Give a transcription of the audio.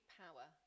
power